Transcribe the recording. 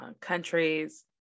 countries